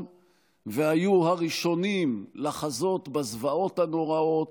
והיו הראשונים לחזות בזוועות הנוראות,